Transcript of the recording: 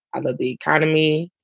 i love the academy.